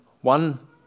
one